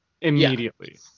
immediately